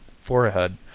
forehead